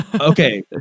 okay